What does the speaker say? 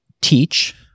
teach